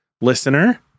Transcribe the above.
listener